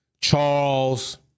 Charles